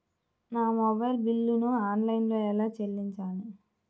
నా మొబైల్ బిల్లును ఆన్లైన్లో ఎలా చెల్లించాలి?